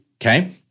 Okay